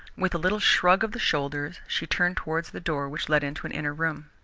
with a little shrug of the shoulders she turned towards the door which led into an inner room.